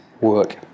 work